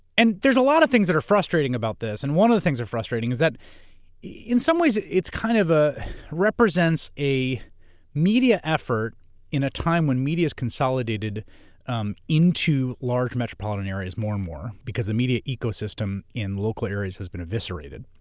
and there's a lot of things that are frustrating about this and one of the things that are frustrating is that in some ways it's kind of ah represents a media effort in a time when media's consolidated um into large metropolitan areas more and more because the media ecosystem in local areas has been eviscerated.